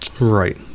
Right